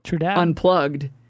unplugged